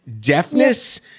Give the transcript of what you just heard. deafness